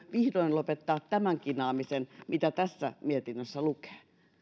vihdoin lopettaa kinaamisen siitä mitä tässä mietinnössä lukee